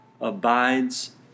abides